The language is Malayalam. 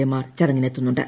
എമാർ ചടങ്ങിനെത്തുന്നുണ്ട്